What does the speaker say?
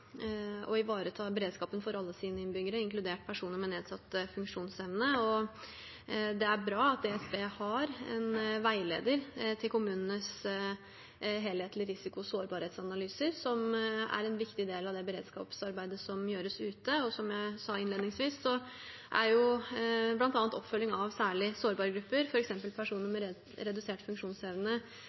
beredskapen for alle innbyggere, inkludert personer med nedsatt funksjonsevne. Det er bra at DSB har en veileder til kommunenes helhetlige risiko- og sårbarhetsanalyser, som er en viktig del av det beredskapsarbeidet som gjøres der ute. Som jeg sa innledningsvis, er bl.a. oppfølging av særlig sårbare grupper, f.eks. personer med redusert funksjonsevne,